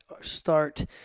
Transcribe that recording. start